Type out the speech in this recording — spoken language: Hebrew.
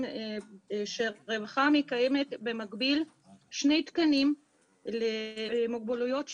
שהרווחה מקיימת במקביל שני תקנים למוגבלויות שונות,